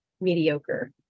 mediocre